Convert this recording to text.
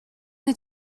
est